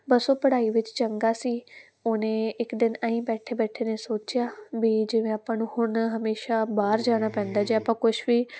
ਬਸ ਉਹ ਪੜ੍ਹਾਈ ਵਿੱਚ ਚੰਗਾ ਸੀ ਉਹਨੇ ਇੱਕ ਦਿਨ ਆਂਈਂ ਬੈਠੇ ਬੈਠੇ ਨੇ ਸੋਚਿਆ ਵੀ ਜਿਵੇਂ ਆਪਾਂ ਨੂੰ ਹੁਣ ਹਮੇਸ਼ਾ ਬਾਹਰ ਜਾਣਾ ਪੈਂਦਾ ਜੇ ਆਪਾਂ ਕੁਛ ਵੀ